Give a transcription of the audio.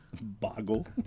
Boggle